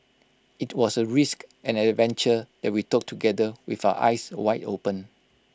IT was A risk and an adventure that we took together with our eyes wide open